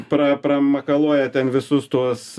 pra pramakaluoja ten visus tuos